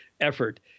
effort